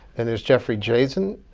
and there's jeffrey drazen,